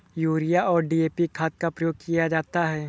urea और DAP खाद का प्रयोग किया जाता है